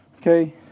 Okay